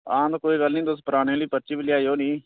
हां ते कोई गल्ल नेईं तुस पराने आह्ली पर्ची बी लेई आएओ नीं